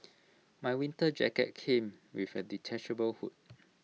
my winter jacket came with A detachable hood